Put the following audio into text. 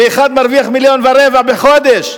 ואחד מרוויח מיליון ורבע בחודש,